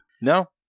No